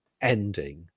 ending